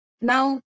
Now